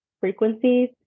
frequencies